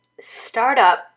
startup